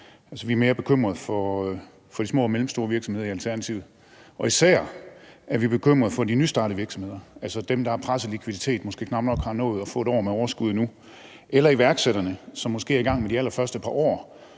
er vi mere bekymrede for de små og mellemstore virksomheder. Og vi er især bekymrede for de nystartede virksomheder, altså dem, der har presset likviditet og måske knap nok har nået at få et år med overskud endnu, og iværksætterne, som måske er i gang med de allerførste par år,